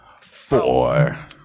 four